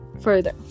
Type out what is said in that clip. further